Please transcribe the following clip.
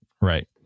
right